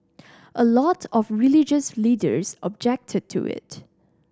a lot of religious leaders objected to it